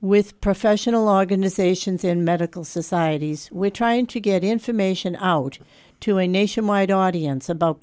with professional organizations and medical societies we're trying to get information out to a nationwide audience about